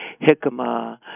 jicama